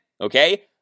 Okay